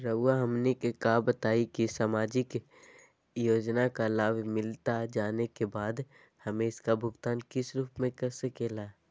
रहुआ हमने का बताएं की समाजिक योजना का लाभ मिलता जाने के बाद हमें इसका भुगतान किस रूप में कर सके ला?